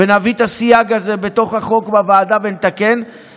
ונביא את הסייג הזה בתוך החוק בוועדה ונתקן.